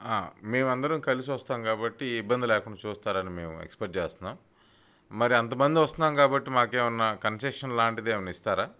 మేమందరం కలిసొస్తాం కాబట్టి ఇబ్బంది లేకుండా చూస్తారని మేము ఎక్స్పెక్ట్ చేస్తున్నాం మరి అంత మంది వస్తున్నాం కాబట్టి మాకేమన్నా కన్సెషన్ లాంటిదేమన్నా ఇస్తారా